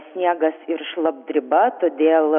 sniegas ir šlapdriba todėl